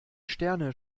sterne